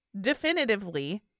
definitively